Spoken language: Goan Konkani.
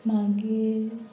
मागीर